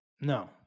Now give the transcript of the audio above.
no